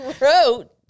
wrote